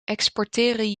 exporteren